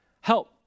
Help